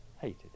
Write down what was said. hated